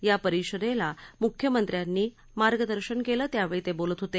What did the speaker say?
या परिषदेला मुख्यमंत्र्यांनी मार्गदर्शन केलं त्यावेळी ते बोलत होते